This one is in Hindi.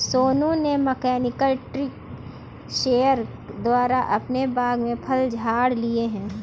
सोनू ने मैकेनिकल ट्री शेकर द्वारा अपने बाग के फल झाड़ लिए है